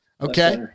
okay